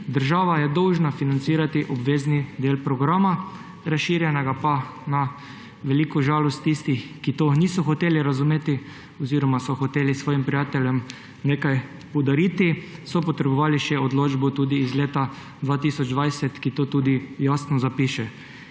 Država je dolžna financirati obvezni del programa, razširjenega pa ne na veliko žalost tistih, ki tega niso hoteli razumeti oziroma so hoteli svojim prijateljem nekaj podariti, potrebovali so še odločbo iz leta 2020, ki to tudi jasno zapiše.